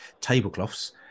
tablecloths